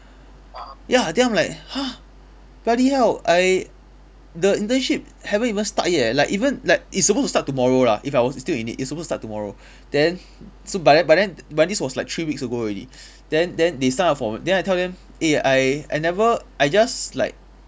ya then I'm like !huh! bloody hell I the internship haven't even start yet like even like it's supposed to start tomorrow lah if I was still in it it's supposed to start tomorrow then so but then but then but this was like three weeks ago already then then they sign up for then I tell them eh I I never I just like